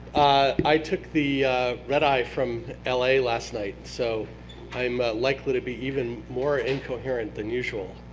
i took the red eye from la last night, so i'm likely to be even more incoherent than usual.